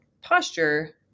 posture